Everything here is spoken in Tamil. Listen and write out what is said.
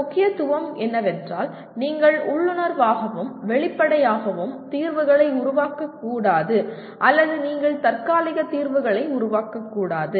ஒரு முக்கியத்துவம் என்னவென்றால் நீங்கள் உள்ளுணர்வாகவும் வெளிப்படையாகவும் தீர்வுகளை உருவாக்கக்கூடாது அல்லது நீங்கள் தற்காலிக தீர்வுகளை உருவாக்கக்கூடாது